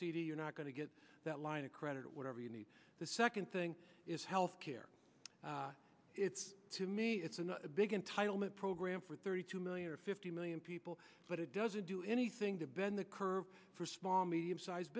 cd you're not going to get that line of credit or whatever you need the second thing is health care it's to me it's a big entitlement program for thirty two million or fifty million people but it doesn't do anything to bend the curve for small medium size